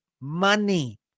money